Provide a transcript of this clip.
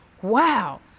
Wow